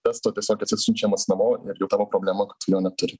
testo tiesiog esi siunčiamas namo ir jau tavo problema kad neturi